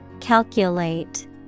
Calculate